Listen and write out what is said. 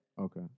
Okay